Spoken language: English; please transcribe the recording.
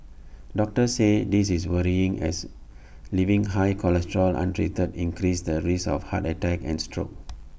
doctors say this is worrying as leaving high cholesterol untreated increases the risk of heart attacks and strokes